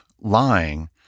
lying